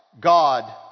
God